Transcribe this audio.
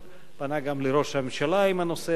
פנה גם לראש הממשלה בנושא הזה.